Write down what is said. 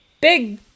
big